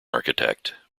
architect